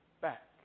back